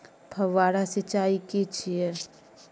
फव्वारा सिंचाई की छिये?